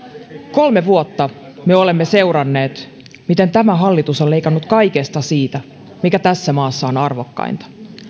kolme vuotta me olemme seuranneet miten tämä hallitus on leikannut kaikesta siitä mikä tässä maassa on arvokkainta